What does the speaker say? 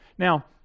Now